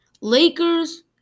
Lakers